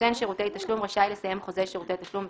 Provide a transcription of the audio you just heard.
נותן שירותי תשלום רשאי לסיים חוזה שירותי תשלום,